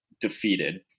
defeated